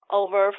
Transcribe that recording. over